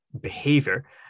behavior